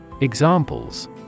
Examples